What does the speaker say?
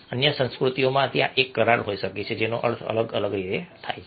અન્ય સંસ્કૃતિઓમાં ત્યાં એક કરાર હોઈ શકે છે જેનો અર્થ અલગ રીતે થાય છે